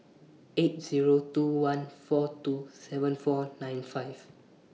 eight Zero two one four two seven four nine five